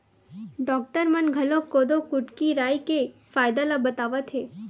doctor मन घलोक कोदो, कुटकी, राई के फायदा ल बतावत हे